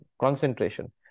concentration